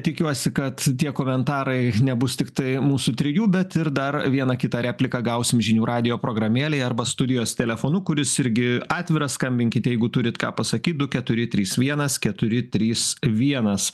tikiuosi kad tie komentarai nebus tiktai mūsų trijų bet ir dar vieną kitą repliką gausim žinių radijo programėlėj arba studijos telefonu kuris irgi atviras skambinkit jeigu turit ką pasakyt du keturi trys vienas keturi trys vienas